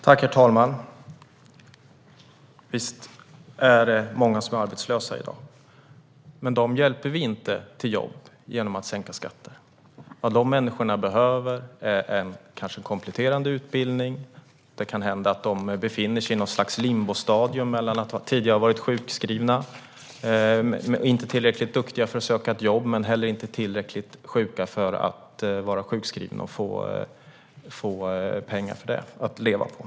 Herr talman! Visst är det många som är arbetslösa i dag, men dem hjälper vi inte till jobb genom att sänka skatter. Vad de människorna behöver är utbildning, kanske en kompletterande sådan. Det kan hända att de befinner sig i något slags limbostadium där de tidigare har varit sjukskrivna och inte är tillräckligt duktiga för att söka ett jobb, men de är heller inte tillräckligt sjuka för att vara sjukskrivna och på grund av detta få pengar att leva på.